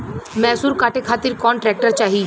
मैसूर काटे खातिर कौन ट्रैक्टर चाहीं?